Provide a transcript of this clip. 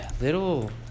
little